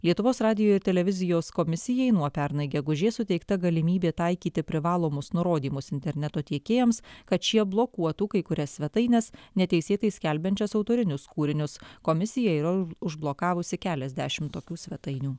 lietuvos radijo ir televizijos komisijai nuo pernai gegužės suteikta galimybė taikyti privalomus nurodymus interneto tiekėjams kad šie blokuotų kai kurias svetaines neteisėtai skelbiančias autorinius kūrinius komisija yra užblokavusi keliasdešimt tokių svetainių